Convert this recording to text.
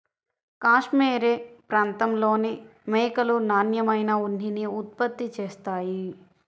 cashmere ప్రాంతంలోని మేకలు నాణ్యమైన ఉన్నిని ఉత్పత్తి చేస్తాయి